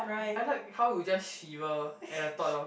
I like how you just shiver at the thought of